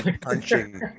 punching